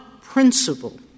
principle